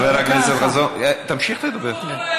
תמשיך לדבר.